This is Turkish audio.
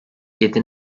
yedi